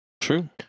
True